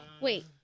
wait